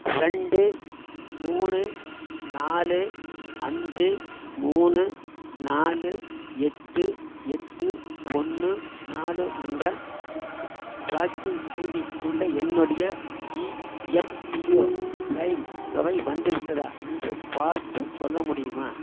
ரெண்டு மூணு நாலு அஞ்சு மூணு நாலு எட்டு எட்டு ஒன்று நாலு என்ற இட் ட்ராக்கிங் ஐடி கொண்ட என்னுடைய இஎஃப்பிஓ க்ளெய்ம் தொகை வந்துவிட்டதா என்று பார்த்து சொல்ல முடியுமா